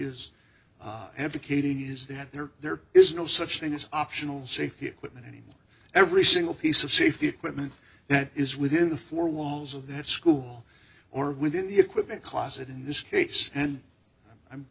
educating is that there are there is no such thing as optional safety equipment anymore every single piece of safety equipment that is within the four walls of that school or within the equipment closet in this case and i